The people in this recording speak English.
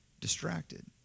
Distracted